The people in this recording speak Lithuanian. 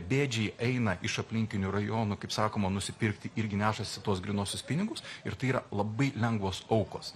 bėdžiai eina iš aplinkinių rajonų kaip sakoma nusipirkti irgi nešasi tuos grynuosius pinigus ir tai yra labai lengvos aukos